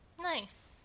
Nice